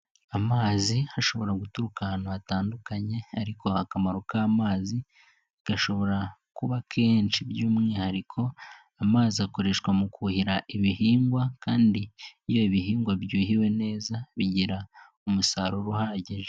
Amazi hashobora guturuka ahantu hatandukanye ariko akamaro k'amazi gashobora kuba kenshi by'umwihariko, amazi akoreshwa mu kuhira ibihingwa kandi iyo ibihingwa byuhiwe neza bigira umusaruro uhagije.